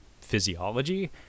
physiology